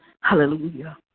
Hallelujah